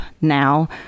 now